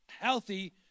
healthy